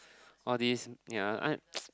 all these ya I